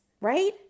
right